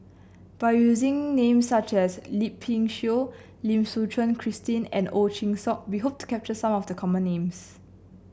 by using names such as Yip Pin Xiu Lim Suchen Christine and Ow Chin Hock we hope to capture some of the common names